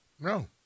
No